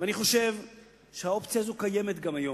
ואני חושב שהאופציה הזו קיימת גם היום.